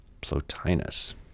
Plotinus